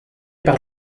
par